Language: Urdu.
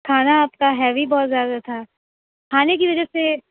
کھانا آپ کا ہیوی بہت زیادہ تھا کھانے کی وجہ سے